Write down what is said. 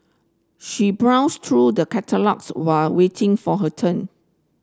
she browsed through the catalogues while waiting for her turn